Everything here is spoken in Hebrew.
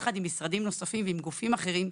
יחד עם משרדים נוספים ועם גופים אחרים,